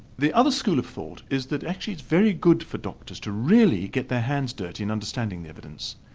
the other school of thought is that actually it's very good for doctors to really get their hands dirty in understanding the evidence.